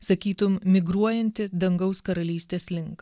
sakytum migruojanti dangaus karalystės link